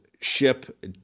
ship